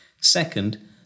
Second